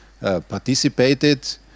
Participated